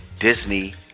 Disney